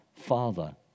Father